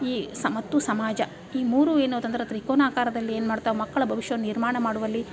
ಈ ಸ ಮತ್ತು ಸಮಾಜ ಈ ಮೂರು ಏನು ಅತಂದ್ರ ತ್ರಿಕೋನ ಆಕಾರದಲ್ಲಿ ಏನು ಮಾಡ್ತಾವೆ ಮಕ್ಕಳ ಭವಿಷ್ಯವನ್ನು ನಿರ್ಮಾಣ ಮಾಡುವಲ್ಲಿ